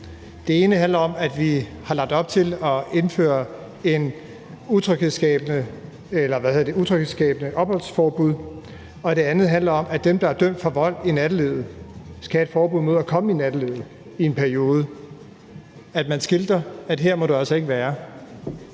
Det ene handler om, at vi har lagt op til at indføre et tryghedsskabende opholdsforbud, og det andet handler om, at dem, der er dømt for vold i nattelivet, skal have et forbud imod at komme i nattelivet i en periode – at det bliver skiltet, at her må man altså ikke være.